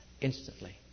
instantly